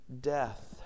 death